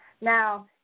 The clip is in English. Now